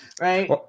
Right